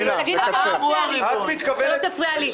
אל תפריע לי.